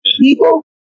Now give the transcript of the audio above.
people